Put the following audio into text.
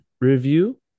review